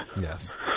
Yes